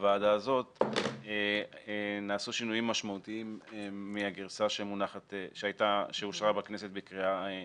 לוועדה הזו נעשו שינויים משמעותיים מהגרסה שאושרה בכנסת בקריאה ראשונה.